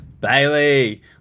Bailey